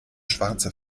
schwarze